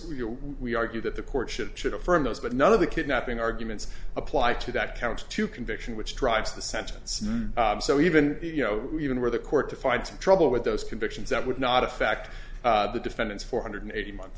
we argue that the courtship should affirm those but none of the kidnapping arguments apply to that count to conviction which drives the sentence so even you know even where the court to find some trouble with those convictions that would not affect the defendant's four hundred eighty month